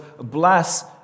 bless